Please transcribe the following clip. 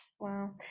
Wow